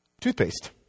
Toothpaste